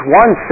one